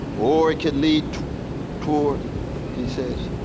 or it could lead towards he says,